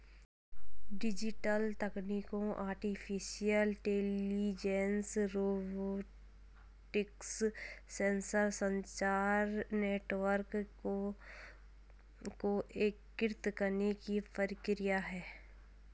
digital तकनीकों artificial intelligence, robotics, sensor, संचार network को एकीकृत करने की प्रक्रिया है